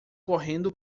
correndo